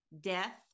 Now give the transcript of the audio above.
death